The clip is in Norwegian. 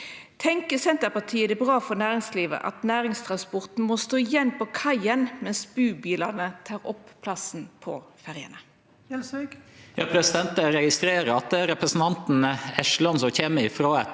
Tenkjer Senterpartiet det er bra for næringslivet at næringstransporten må stå igjen på kaien, mens bubilane tek opp plassen på ferjene?